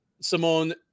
Simone